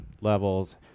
levels